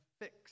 fix